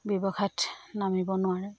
ব্যৱসায়ত নামিব নোৱাৰে